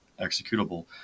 executable